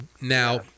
Now